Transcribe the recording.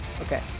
okay